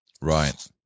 Right